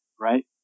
right